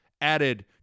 added